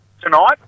tonight